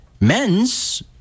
men's